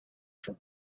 from